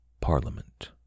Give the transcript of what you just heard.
Parliament